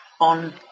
on